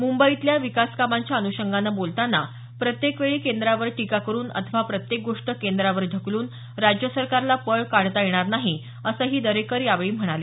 मुंबईतल्या विकास कामांच्या अनुषंगानं बोलताना प्रत्येक वेळी केंद्रावर टीका करून अथवा प्रत्येक गोष्ट केंद्रावर ढकलून राज्य सरकारला पळ काढता येणार नाही असंही दोकर यावेळी म्हणाले